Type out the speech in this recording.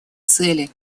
цели